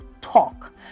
talk